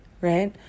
right